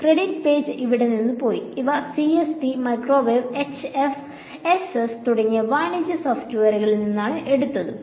credit page ഇവിടെ നിന്ന് പോയി ഇവ CST മൈക്രോവേവ് HFSS തുടങ്ങിയ വാണിജ്യ സോഫ്റ്റ്വെയറുകളിൽ നിന്നാണ് എടുത്തത്